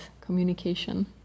communication